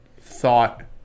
Thought